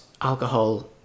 alcohol